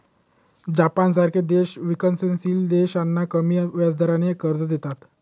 जपानसारखे देश विकसनशील देशांना कमी व्याजदराने कर्ज देतात